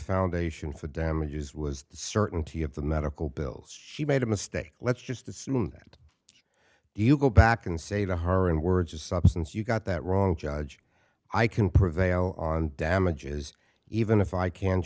foundation for damages was the certainty of the medical bills she made a mistake let's just assume that do you go back and say to her in words or substance you've got that wrong judge i can prevail on damages even if i can